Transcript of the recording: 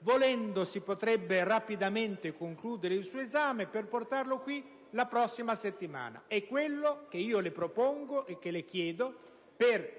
volendo si potrebbe rapidamente concludere il suo esame per portarlo in Aula la prossima settimana. È quello che le propongo e le chiedo per